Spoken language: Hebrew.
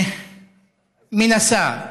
מנסה,